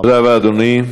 תודה רבה, אדוני.